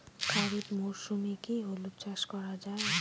খরিফ মরশুমে কি হলুদ চাস করা য়ায়?